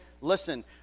listen